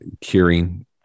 curing